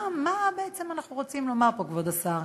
מה, מה בעצם אנחנו רוצים לומר פה, כבוד השר?